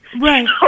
Right